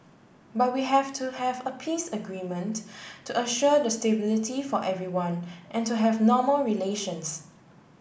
but we have to have a peace agreement to assure the stability for everyone and to have normal relations